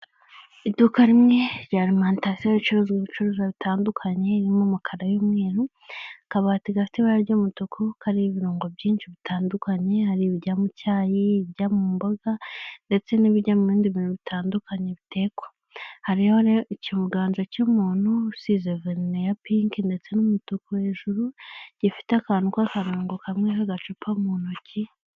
Iduka rimwe rya alimantasiyo ricuruza ibicuruzwa bitandukanye, birimo umukara n'umweru, akabati gafite ibara ry'umutuku karimo ibirungo byinshi bitandukanye, ari ibijya mu cyayi ibijya mu mboga ndetse n'ibijya mu bindi bintu bitandukanye bitekwa. Hariho rero ikiganza cy'umuntu usize verine ya pinki ndetse n'umutuku hejuru, gifite akantu k'akarongo kameze nk'agacupa mu ntoki.